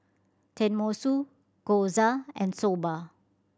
Tenmusu Gyoza and Soba